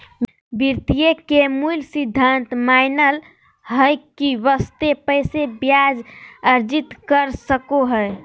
वित्त के मूल सिद्धांत मानय हइ कि बशर्ते पैसा ब्याज अर्जित कर सको हइ